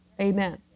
Amen